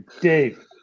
Dave